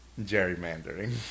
gerrymandering